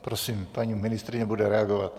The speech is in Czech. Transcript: Prosím, paní ministryně bude reagovat.